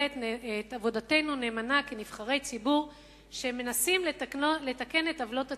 את עבודתנו נאמנה כנבחרי ציבור שמנסים לתקן עוולות.